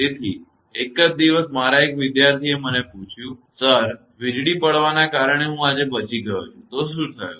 તેથી એક દિવસ મારા એક વિદ્યાર્થીએ મને કહ્યું સર વીજળી પડવાના કારણે હું આજે બચી ગયો છું તો શું થયુ